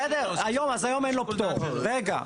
אז היום אין לו פטור, רגע.